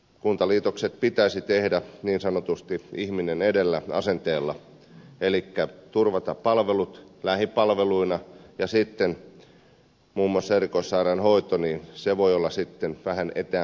kuntaliitokset pitäisi tehdä niin sanotusti ihminen edellä asenteella elikkä pitäisi turvata palvelut lähipalveluina ja sitten muun muassa erikoissairaanhoito voi olla vähän etäämpänäkin